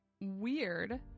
weird